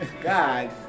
God